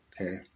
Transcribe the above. Okay